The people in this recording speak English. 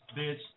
bitch